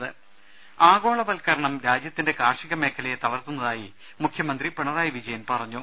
ദേദ ആഗോളവത്കരണം രാജ്യത്തിന്റെ കാർഷികമേഖലയെ തളർത്തുന്നതായി മുഖ്യമന്ത്രി പിണറായി വിജയൻ പറഞ്ഞു